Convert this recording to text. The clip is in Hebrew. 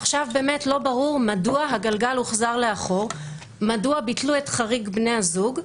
עכשיו לא ברור מדוע הגלגל הוחזר לאחור מדוע ביטלו את חריג בני הזוג.